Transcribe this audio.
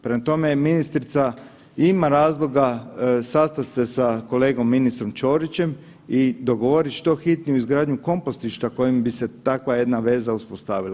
Prema tome, ministrica ima razloga sastat se sa kolegom ministrom Ćorićem i dogovorit što hitniju izgradnju kompostišta kojim bi se takva jedna veza uspostavila.